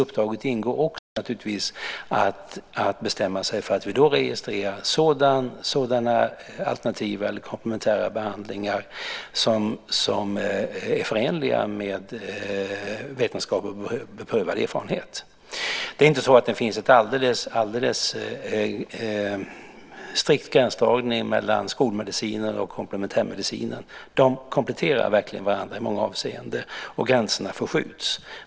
I uppdraget ingår naturligtvis också att bestämma sig för att registrera sådana alternativa eller komplementära behandlingar som är förenliga med vetenskap och beprövad erfarenhet. Det är inte så att det finns en strikt gränsdragning mellan skolmedicinen och komplementärmedicinen. De kompletterar verkligen varandra i många avseenden, och gränserna förskjuts.